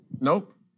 Nope